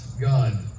God